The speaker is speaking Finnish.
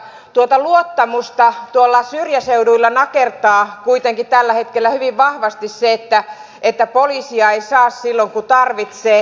tuota luottamusta syrjäseuduilla nakertaa kuitenkin tällä hetkellä hyvin vahvasti se että poliisia ei saa silloin kun tarvitsee